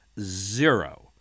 zero